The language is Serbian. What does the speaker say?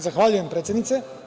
Zahvaljujem predsednice.